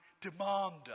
demander